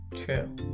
True